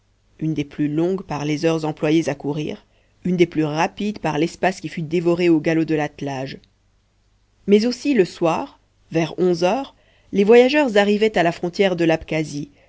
une des plus longues par les heures employées à courir une des plus rapides par l'espace qui fut dévoré au galop de l'attelage mais aussi le soir vers onze heures les voyageurs arrivaient à la frontière de